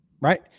right